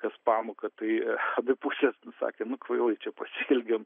kas pamoką tai abi pusės pasakė nu kvailai čia pasielgėm